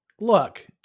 Look